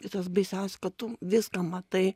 ir tas baisiausia kad tu viską matai